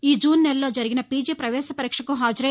ఈ జూన్ నెలలో జరిగిన పీజీ పవేశ పరీక్షకు హాజరై